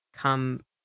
Come